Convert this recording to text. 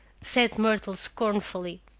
said myrtle scornfully.